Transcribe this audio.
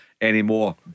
anymore